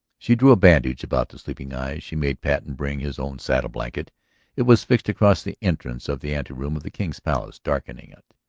she drew a bandage about the sleeping eyes. she made patten bring his own saddle-blanket it was fixed across the entrance of the anteroom of the king's palace, darkening it.